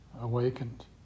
awakened